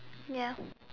ya